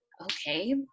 okay